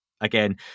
again